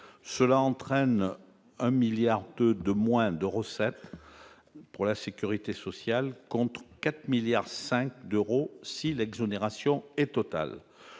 cela entraîne un 1000000000 2 de moins de recettes pour la sécurité sociale, contre 4 milliards 5 d'euros si l'exonération est totale,